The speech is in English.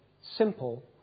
simple